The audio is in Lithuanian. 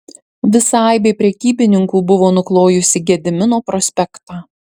visa aibė prekybininkų buvo nuklojusi gedimino prospektą